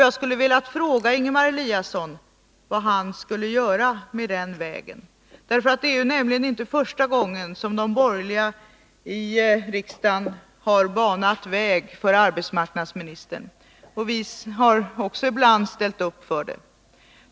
Jag skulle ha velat fråga Ingemar Eliasson vad han vill göra på den vägen. Det är nämligen inte första gången som de borgerliga i riksdagen har banat väg för arbetsmarknadsministern. Också vi har ställt upp för detta ibland.